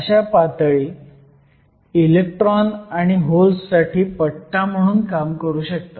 अशा पातळी इलेक्ट्रॉन आणि होल्स साठी पट्टा म्हणून काम करू शकतात